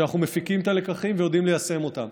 שאנחנו מפיקים את הלקחים ויודעים ליישם אותם.